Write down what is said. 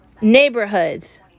Neighborhoods